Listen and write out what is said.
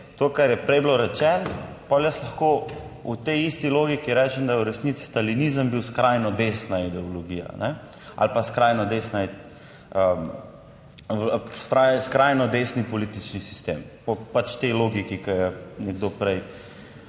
To, kar je prej bilo rečeno, pa jaz lahko v tej isti logiki rečem, da je v resnici stalinizem bil skrajno desna ideologija ali pa skrajno desna. Vztraja skrajno desni politični sistem pač tej logiki, ki jo je nekdo prej